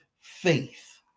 faith